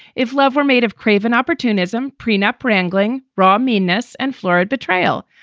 if love were made of craven opportunism, prenup wrangling, raw meanness and florid betrayal.